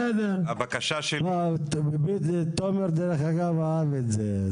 דרך אגב, תומר ביטון אהב את זה.